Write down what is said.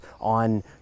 on